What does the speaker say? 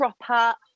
proper